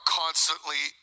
constantly